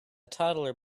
toddler